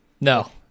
No